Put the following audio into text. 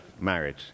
marriage